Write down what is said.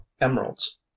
Emeralds